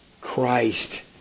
Christ